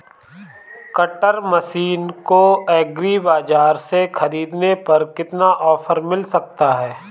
Cutter machine को agri बाजार से ख़रीदने पर कितना ऑफर मिल सकता है?